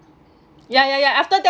ya ya ya after that